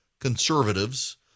conservatives